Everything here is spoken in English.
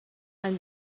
and